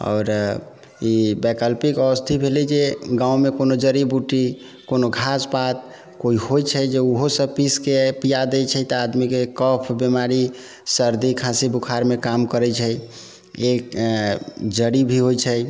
आओर ई वैकल्पिक स्थिति भेलै जे गाममे कोनो जड़ी बूटी कोनो घास पात कोइ होइ छै जे ओहोसभ पीसिके पिया दै छै तऽ आदमीके कफ बिमारी सर्दी खाँसी बुखारमे काम करै छै ई जड़ी भी होइ छै